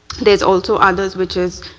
there's also others which is,